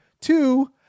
Two